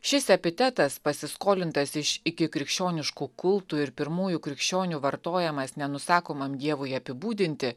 šis epitetas pasiskolintas iš ikikrikščioniškų kultų ir pirmųjų krikščionių vartojamas nenusakomam dievui apibūdinti